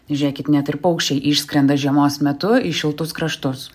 žėkit net ir paukščiai išskrenda žiemos metu į šiltus kraštus